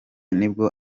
nibwo